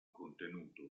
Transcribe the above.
contenuto